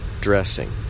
dressing